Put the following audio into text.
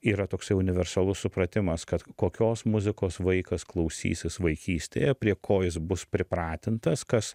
yra toksai universalus supratimas kad kokios muzikos vaikas klausysis vaikystėje prie ko jis bus pripratintas kas